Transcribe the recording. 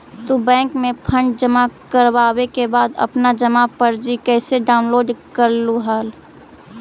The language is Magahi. तू बैंक में फंड जमा करवावे के बाद अपन जमा पर्ची कैसे डाउनलोड करलू हल